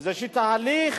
איזה תהליך